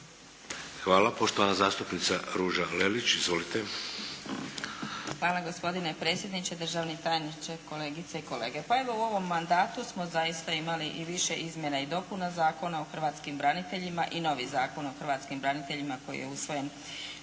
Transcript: Hvala. Poštovana zastupnica Ruža Lelić. **Lelić, Ruža (HDZ)** Hvala gospodine predsjedniče, državni tajniče, kolegice i kolege. Pa evo u ovom mandatu smo imali više izmjena i dopuna Zakona o hrvatskim braniteljima i novi Zakon o hrvatskim braniteljima koji je usvojen